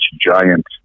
giant